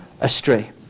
astray